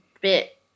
bit